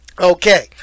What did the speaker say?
Okay